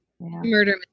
murder